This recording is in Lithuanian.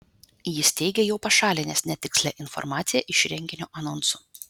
jis teigė jau pašalinęs netikslią informaciją iš renginio anonsų